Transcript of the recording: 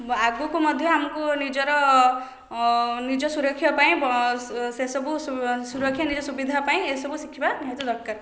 ଆଗକୁ ମଧ୍ୟ ଆମକୁ ନିଜର ନିଜ ସୁରକ୍ଷା ପାଇଁ ସେସବୁ ସୁରକ୍ଷା ନିଜ ସୁବିଧା ପାଇଁ ଏସବୁ ଶିଖିବା ନିହାତି ଦରକାର